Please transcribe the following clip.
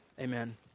Amen